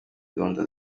gahunda